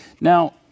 Now